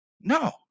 No